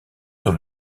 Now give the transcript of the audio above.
sur